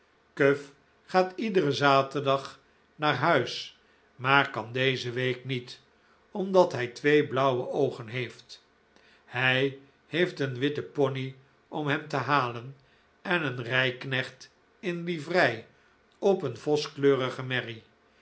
cuff gaat iederen zaterdag naar huis maar kan deze week niet omdat hij twee blauwe oogen heeft hij heeft een witten pony om hem te halen en een rijknecht in livrei op een voskleurige merrie